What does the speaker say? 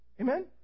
Amen